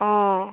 অঁ